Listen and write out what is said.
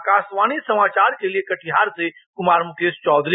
आकाशवाणी समाचार के लिये कटिहार से कुमार मुकेश चौधरी